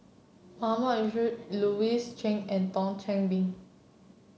Mahmood Yusof Louis Chen and Thio Chan Been